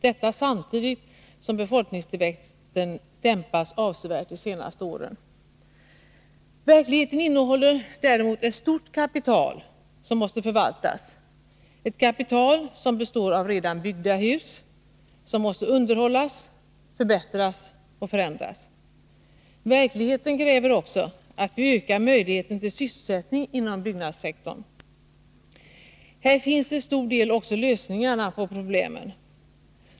Detta gäller samtidigt som befolkningstillväxten dämpats avsevärt de senaste åren. Verkligheten innehåller däremot ett stort kapital, som måste förvaltas, ett kapital som består av redan byggda hus, som måste underhållas, förbättras och förändras. Verkligheten kräver också att vi ökar möjligheten till sysselsättning inom byggnadssektorn. Här finns till stor del också lösningarna på problemen.